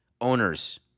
owners